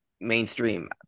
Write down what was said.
mainstream